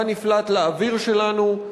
מה נפלט לאוויר שלנו,